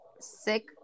sick